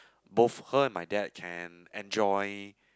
both her and my dad can enjoy